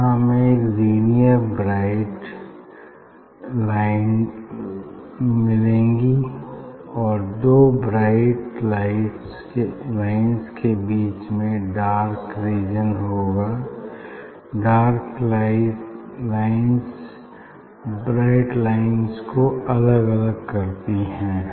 यहाँ हमें ये लीनियर ब्राइट लाइन्स मिलेंगी और दो ब्राइट लाइट में बीच में डार्क रीजन होगा डार्क लाइन्स ब्राइट लाइन्स को अलग अलग करती हैं